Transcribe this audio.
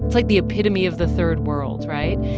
like, the epitome of the third world, right?